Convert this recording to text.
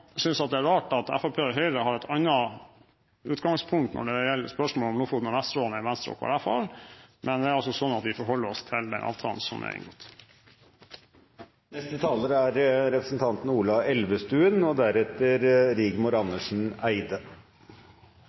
jeg kanskje ikke si – men litt overraskende, at noen synes det er rart at Fremskrittspartiet og Høyre har et annet utgangspunkt når det gjelder spørsmålet om Lofoten og Vesterålen enn det Venstre og Kristelig Folkeparti har. Men det er altså sånn at vi forholder oss til den avtalen som er